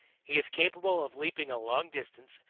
he is capable of leaping a long distance,